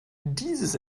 dieses